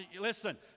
Listen